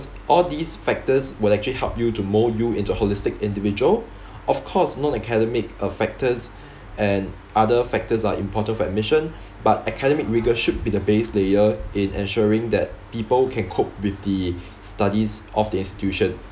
all these factors will actually help you to mould you into a holistic individual of course non academic uh factors and other factors are important for admission but academic rigour should be the base layer in ensuring that people can cope with the studies of the institution